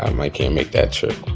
um might can't make that trip